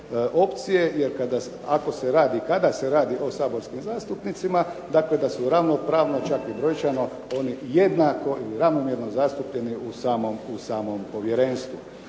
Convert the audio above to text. jer ako se radi i kada se radi o saborskim zastupnicima dakle da su ravnopravno čak i brojčano oni jednako ili ravnomjerno zastupljeni u samom povjerenstvu.